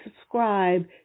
subscribe